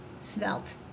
svelte